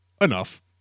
enough